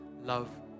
love